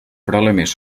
problemes